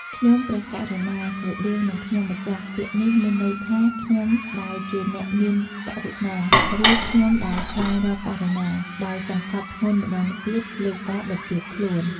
ខ្ញុំព្រះករុណា ស្រដៀងនឹងខ្ញុំម្ចាស់ ពាក្យនេះមានន័យថា "ខ្ញុំដែលជាអ្នកមានករុណា" ឬ "ខ្ញុំដែលស្វែងរកករុណា" ដោយសង្កត់ធ្ងន់ម្តងទៀតលើការបន្ទាបខ្លួន។